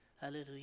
hallelujah